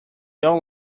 all